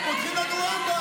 אתם יכולים לתת מוסר?